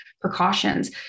precautions